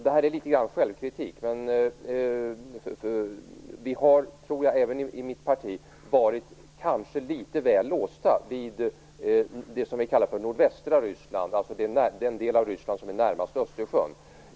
Detta är litet grand fråga om självkritik, för jag tror att vi även inom mitt parti kanske har varit litet väl låsta vid det som vi kallar för nordvästra Ryssland, alltså den del av Ryssland som ligger närmast Östersjön.